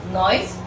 noise